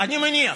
אני מניח,